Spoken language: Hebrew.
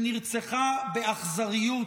שנרצחה באכזריות